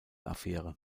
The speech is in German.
affäre